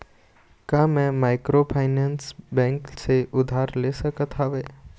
का मैं microfinance bank से उधार ले सकत हावे?